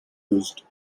used